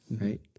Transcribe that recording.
right